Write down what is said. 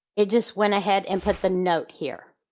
it just went ahead and put the note here.